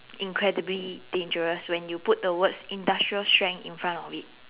incredibly dangerous when you put the words industrial strength in front of it